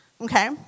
okay